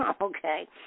Okay